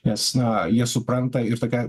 nes na jie supranta ir tokia